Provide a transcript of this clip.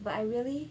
but I really